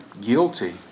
guilty